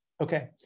Okay